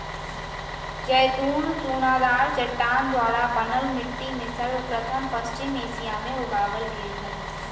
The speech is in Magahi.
जैतून चुनादार चट्टान द्वारा बनल मिट्टी में सर्वप्रथम पश्चिम एशिया मे उगावल गेल हल